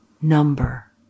number